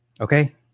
Okay